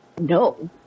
no